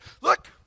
look